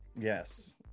Yes